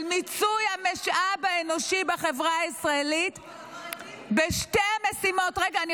מיצוי המשאב האנושי בחברה הישראלית בשתי המשימות --- רגע,